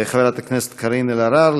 חברת הכנסת קארין אלהרר,